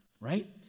right